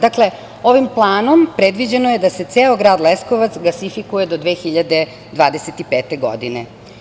Dakle, ovim planom predviđeno je da se ceo grad Leskovac gasifikuje do 2025. godine.